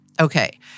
Okay